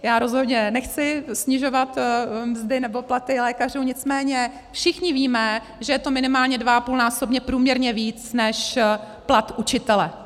Já rozhodně nechci snižovat mzdy nebo platy lékařů, nicméně všichni víme, že je to minimálně 2,5násobně průměrně víc než plat učitele.